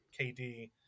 KD